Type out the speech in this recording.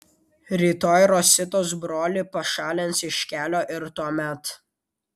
rytoj rositos brolį pašalins iš kelio ir tuomet